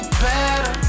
better